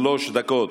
שלוש דקות.